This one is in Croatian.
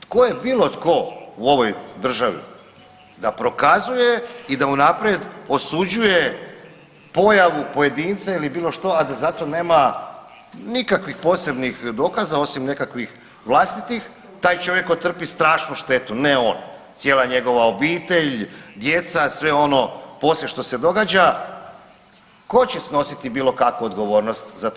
Tko je bilo tko u ovoj državi da prokazuje i da unaprijed osuđuje pojavu pojedinca ili bilo što, a da za to nema nikakvih posebnih dokaza osim nekakvih vlastitih, taj čovjek ko trpi strašnu štetu, ne on, cijela njegova obitelj, djeca, sve ono poslije što se događa, ko će snositi bilo kakvu odgovornost za to?